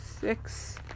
six